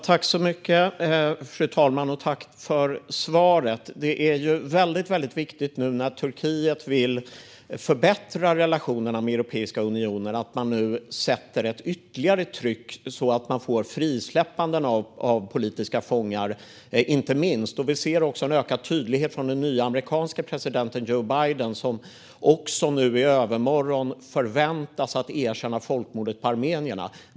Fru talman! Tack för svaret, utrikesministern! Det är väldigt viktigt när Turkiet nu vill förbättra relationerna med Europeiska unionen att man sätter ett ytterligare tryck så att man får inte minst frisläppanden av politiska fångar. Vi ser en ökad tydlighet från den nye amerikanske presidenten Joe Biden, som i övermorgon förväntas erkänna folkmordet på armenierna.